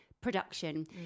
production